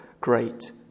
great